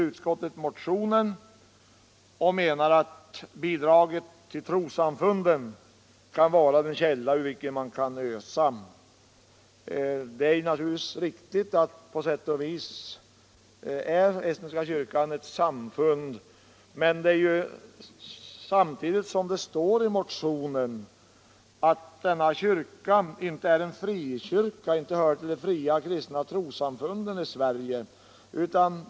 Utskottet menar att anslaget Bidrag till trossamfund. I kan vara den källa ur vilken man kan ösa. Utskottet avstyrker därför = Bidrag till trossammotionen. På sätt och vis är naturligtvis den estniska kyrkan ett samfund, = fund men som det står i motionen tillhör denna kyrka inte de fria kristna trossamfunden i Sverige.